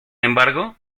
embargo